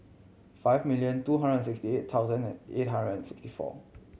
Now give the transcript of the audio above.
five million two hundred and sixty eight thousand and eight hundred and sixty four